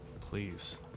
Please